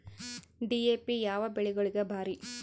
DAP ಯಾವ ಬೆಳಿಗೊಳಿಗ ಭಾರಿ?